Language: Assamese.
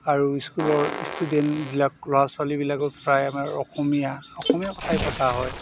আৰু স্কুলৰ ষ্টুডেণ্টবিলাক ল'ৰা ছোৱালীবিলাকো প্ৰায় আমাৰ অসমীয়া অসমীয়া কথাই পতা হয়